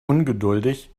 ungeduldig